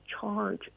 charge